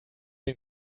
den